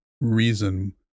reason